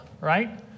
right